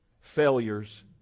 failures